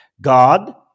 God